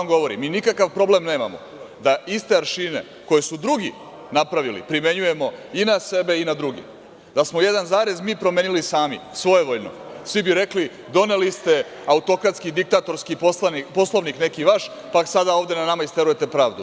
Mi nikakav problem nemamo da iste aršine koji su drugi napravili, primenjujemo i na sebe i na druge, da smo jedan zarez mi promenili sami svojevoljno, svi bi rekli doneli ste autokratski diktatorski Poslovnik neki vaš, pa sada ovde na nama isterujete pravdu.